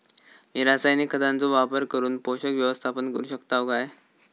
मी रासायनिक खतांचो वापर करून पोषक व्यवस्थापन करू शकताव काय?